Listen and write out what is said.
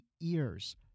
ears